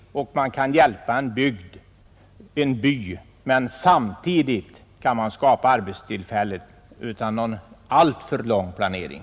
Då kan man hjälpa en by och samtidigt skapa arbetstillfällen utan alltför lång planering.